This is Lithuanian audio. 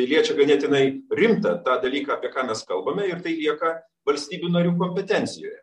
tai liečia ganėtinai rimtą tą dalyką apie ką mes kalbame ir tai lieka valstybių narių kompetencijoje